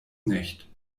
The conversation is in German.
nicht